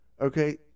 okay